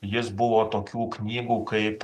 jis buvo tokių knygų kaip